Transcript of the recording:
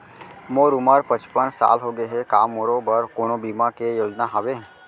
मोर उमर पचपन साल होगे हे, का मोरो बर कोनो बीमा के योजना हावे?